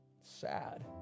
sad